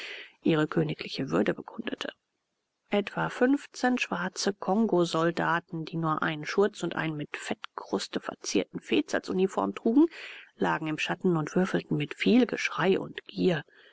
ihre königliche würde bekundete etwa fünfzehn schwarze kongosoldaten die nur einen schurz und einen mit fettkruste verzierten fez als uniform trugen lagen im schatten und würfelten mit viel geschrei und gier